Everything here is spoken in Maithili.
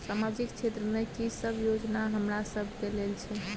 सामाजिक क्षेत्र में की सब योजना हमरा सब के लेल छै?